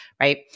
right